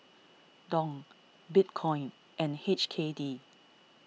Dong Bitcoin and H K D